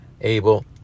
Abel